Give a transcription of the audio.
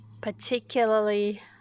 particularly